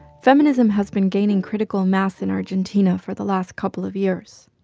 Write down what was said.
feminism has been gaining critical mass in argentina for the last couple of years.